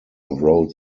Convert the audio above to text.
wrote